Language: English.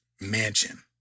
mansion